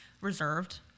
reserved